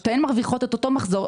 שתיהן מרוויחות את אותו מחזור,